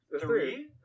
Three